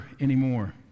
anymore